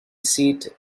seat